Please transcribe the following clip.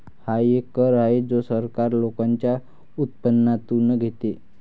हा एक कर आहे जो सरकार लोकांच्या उत्पन्नातून घेते